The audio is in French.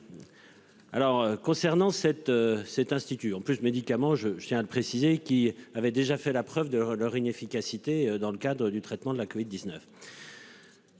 Alors concernant cet, cet institut en plus médicaments je je tiens à le préciser, qui avait déjà fait la preuve de leur inefficacité dans le cadre du traitement de la Covid 19.